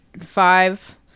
five